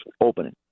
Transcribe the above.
opening